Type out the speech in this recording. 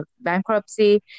bankruptcy